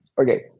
Okay